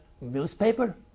newspaper